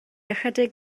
ychydig